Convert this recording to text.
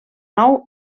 nou